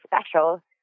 special